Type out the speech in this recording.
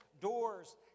doors